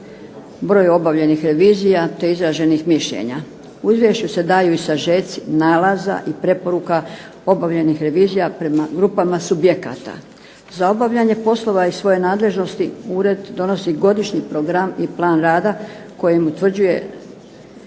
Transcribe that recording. broj obavljenih revizija te izraženih mišljenja. U izvješću se daju i sažeci nalaze i preporuka obavljenih revizija prema grupama subjekata. Za obavljanje poslova iz svoje nadležnosti ured donosi godišnji program i plan rada kojim utvrđuje